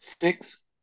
Six